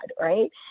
right